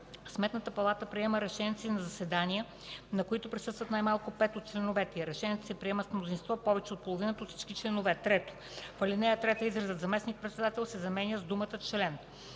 Сметната палата приема решенията си на заседания, на които присъстват най-малко 5 от членовете й. Решенията се приемат с мнозинство повече от половината от всички членове.”. 3. В ал. 3 изразът „заместник-председател” се заменя с думата „член”.